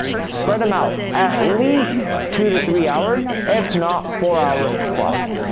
spread em out at least two to three hours, if not four hours plus,